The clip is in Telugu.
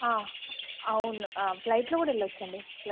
ఆ అవును ఫ్లైట్లో కూడా వెళ్ళవచ్చు అండి